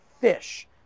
fish